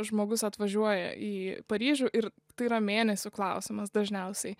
žmogus atvažiuoja į paryžių ir tai yra mėnesių klausimas dažniausiai